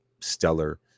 stellar